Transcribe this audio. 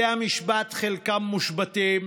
בתי המשפט, חלקם מושבתים,